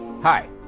hi